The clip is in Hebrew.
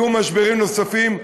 יהיו משברים נוספים,